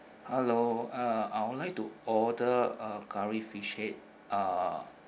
hello uh I would like to order uh curry fish head uh